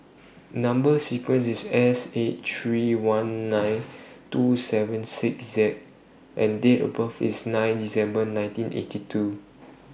Number sequence IS S eight three one nine two seven six Z and Date of birth IS nine December nineteen eighty two